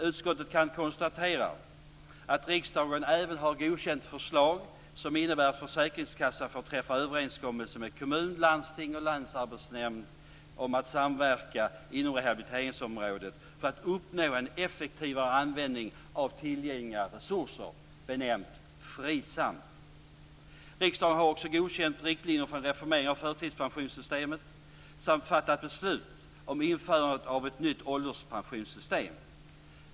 Utskottet kan konstatera att riksdagen även har godkänt förslag som innebär att försäkringskassan får träffa överenskommelse med kommun, landsting och länsarbetsnämnd om att samverka inom rehabiliteringsområdet för att uppnå en effektivare användning av tillgängliga resurser. Detta benämns FRISAM. Riksdagen har också godkänt riktlinjer för en reformering av förtidspensionssystemet samt fattat beslut om införande av ett nytt ålderspensionssystem.